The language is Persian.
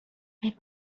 فکر